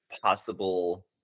Possible